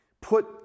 Put